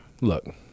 Look